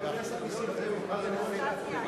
שחבר הכנסת נסים זאב יוכל לנוח שבוע.